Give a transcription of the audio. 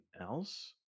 else